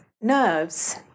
nerves